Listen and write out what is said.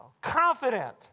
Confident